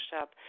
up